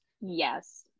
Yes